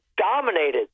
dominated